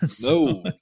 No